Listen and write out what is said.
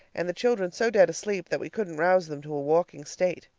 and the children so dead asleep that we couldn't rouse them to a walking state.